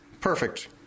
perfect